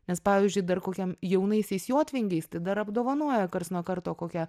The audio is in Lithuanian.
nes pavyzdžiui dar kokiam jaunaisiais jotvingiais tai dar apdovanoja karts nuo karto kokią